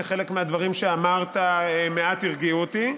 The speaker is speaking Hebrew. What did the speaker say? שחלק מהדברים שאמרת מעט הרגיעו אותי,